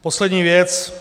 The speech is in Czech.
Poslední věc.